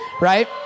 Right